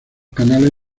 canales